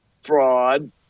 fraud